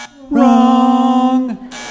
Wrong